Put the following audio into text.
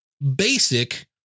basic